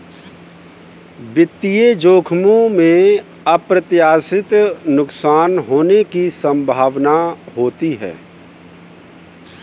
वित्तीय जोखिमों में अप्रत्याशित नुकसान होने की संभावना होती है